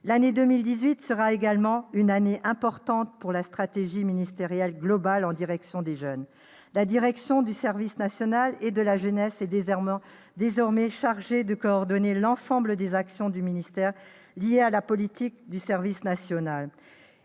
L'année 2018 sera également une année importante pour la stratégie ministérielle globale en direction des jeunes. La direction du service national et de la jeunesse est désormais chargée de coordonner l'ensemble des actions du ministère liées à la politique du service national,